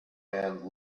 man